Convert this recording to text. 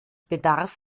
bedarf